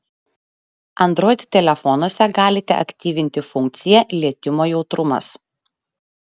android telefonuose galite aktyvinti funkciją lietimo jautrumas